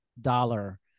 dollar